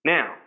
Now